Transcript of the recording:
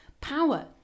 power